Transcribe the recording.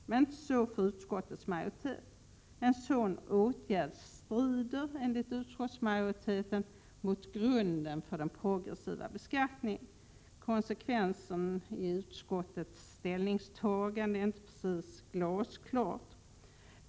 Detta tycker emellertid inte utskottets majoritet. En sådan åtgärd strider enligt utskottsmajoriteten mot grunden för den progressiva beskattningen. Konsekvensen av utskottets ställningstagande är inte precis glasklar.